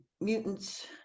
mutants